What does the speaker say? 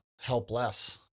helpless